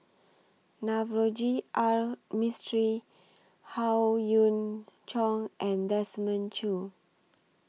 Navroji R Mistri Howe Yoon Chong and Desmond Choo